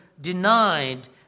denied